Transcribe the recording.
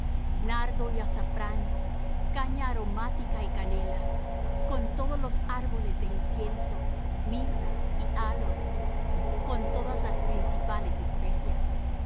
nardo y azafrán caña aromática y canela con todos los árboles de incienso mirra y áloes con todas las principales especias